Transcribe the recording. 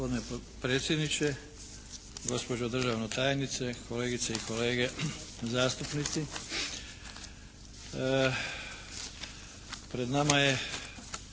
Hvala.